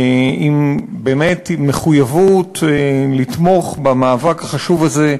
באמת עם מחויבות לתמוך במאבק החשוב הזה,